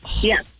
Yes